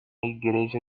igreja